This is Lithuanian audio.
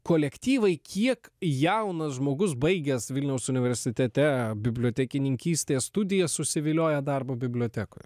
kolektyvai kiek jaunas žmogus baigęs vilniaus universitete bibliotekininkystės studijas susivilioja darbu bibliotekoje